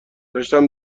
داشتم